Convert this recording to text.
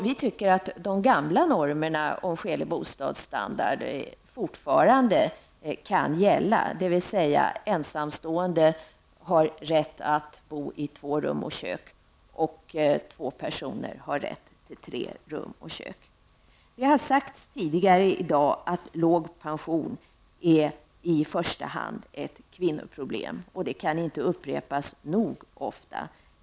Vi tycker att de gamla normerna för skälig bostadsstandard fortfarande kan gälla, dvs. att ensamstående har rätt att bo i två rum och kök, två personer har rätt till tre rum och kök. Det har sagts här tidigare i dag att låg pension i första hand är ett kvinnoproblem. Det kan inte upprepas nog ofta.